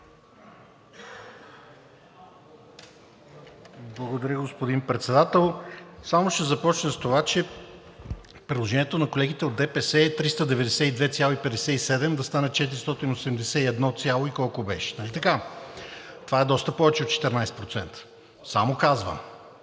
Благодаря, господин Председател. Само ще започна с това, че предложението на колегите от ДПС е 392,57 лв. да стане 481 лв. и колко беше, нали така? Това е доста повече от 14%. Само казвам,